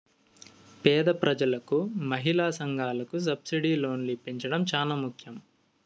పేద ప్రజలకు మహిళా సంఘాలకు సబ్సిడీ లోన్లు ఇప్పించడం చానా ముఖ్యం